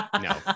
No